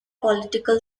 political